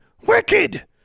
Wicked